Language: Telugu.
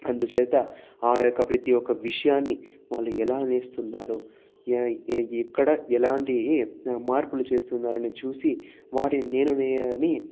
అందుచేత ఆ యొక్క ప్రతి ఒక్క విషయాన్ని వాళ్ళు ఎలా నేస్తున్నారు ఎ ఎక్కడ ఎలాంటి మార్పులు చేస్తున్నారని చూసి వాటిని నేను నేయాలని